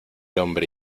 hombre